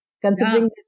considering